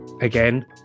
again